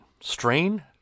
Strain